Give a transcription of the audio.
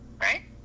right